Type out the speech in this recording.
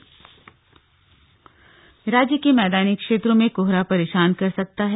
मौसम राज्य के मैदानी क्षेत्रों में कोहरा परेशान कर सकता है